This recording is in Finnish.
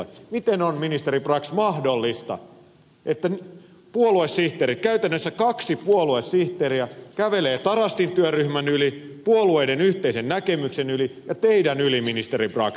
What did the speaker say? miten on ministeri brax mahdollista että puoluesihteerit kävelevät käytännössä kaksi puoluesihteeriä kävelee tarastin työryhmän yli puolueiden yhteisen näkemyksen yli ja teidän ylitsenne ministeri brax